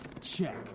Check